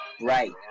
Right